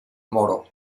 moro